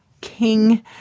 King